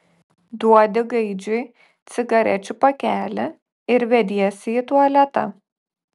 duodi gaidžiui cigarečių pakelį ir vediesi į tualetą